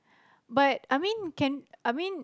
but I mean can I mean